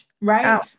right